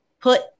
put